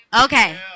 Okay